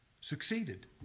succeeded